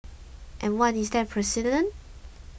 and what is that precedent